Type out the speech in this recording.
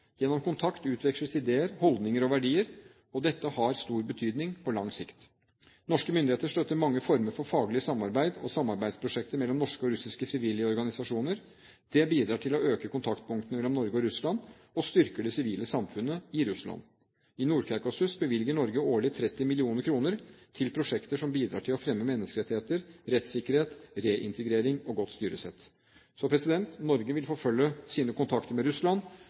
Gjennom kontakt utveksles ideer, holdninger og verdier. Dette har stor betydning på lang sikt. Norske myndigheter støtter mange former for faglig samarbeid og samarbeidsprosjekter mellom norske og russiske frivillige organisasjoner. Det bidrar til å øke kontaktpunktene mellom Norge og Russland og styrke det sivile samfunnet i Russland. I Nord-Kaukasus bevilger Norge årlig 30 mill. kr til prosjekter som bidrar til å fremme menneskerettigheter, rettssikkerhet, reintegrering og godt styresett. Så Norge vil forfølge sine kontakter med Russland